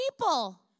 people